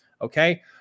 Okay